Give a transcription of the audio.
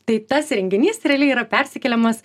tai tas renginys realiai yra persikeliamas